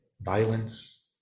violence